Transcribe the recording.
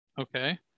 Okay